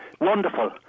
Wonderful